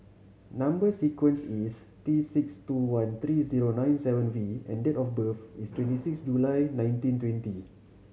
number sequence is T six two one three zero nine seven V and date of birth is twenty six July nineteen twenty